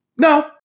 No